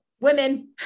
women